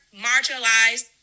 marginalized